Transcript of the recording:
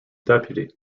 deputy